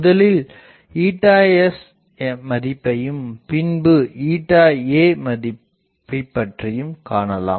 முதலில்sமதிப்பையும் பின்பு a பற்றியும் காணலாம்